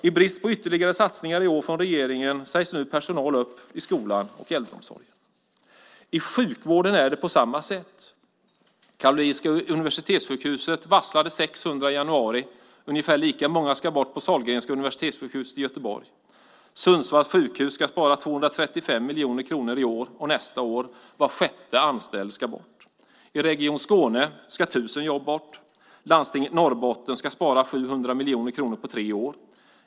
I brist på ytterligare satsningar i år från regeringen sägs nu personal upp i skolan och i äldreomsorgen. I sjukvården är det på samma sätt. Karolinska Universitetssjukhuset varslade 600 i januari. Ungefär lika många ska bort på Sahlgrenska Universitetssjukhuset i Göteborg. Sundsvalls sjukhus ska spara 235 miljoner kronor i år och nästa år. Var sjätte anställd ska bort. I Region Skåne ska 1 000 jobb bort. Landstinget i Norrbotten ska spara 700 miljoner kronor på tre år.